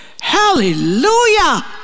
Hallelujah